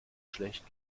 schlecht